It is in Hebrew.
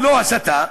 ללא הסתה.